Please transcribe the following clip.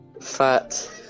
fat